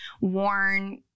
worn